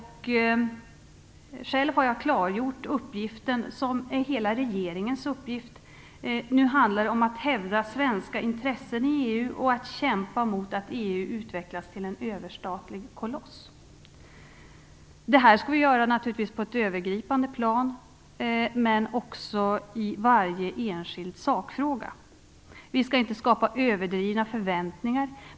Själv har jag klargjort uppgiften som är hela regeringens uppgift. Nu handlar det om att hävda svenska intressen i EU och att kämpa mot att EU utvecklas till en överstatlig koloss. Detta skall vi naturligtvis göra på ett övergripande plan men också i varje enskild sakfråga. Vi skall inte skapa överdrivna förväntningar.